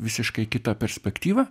visiškai kitą perspektyvą